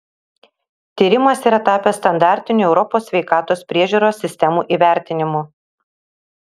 tyrimas yra tapęs standartiniu europos sveikatos priežiūros sistemų įvertinimu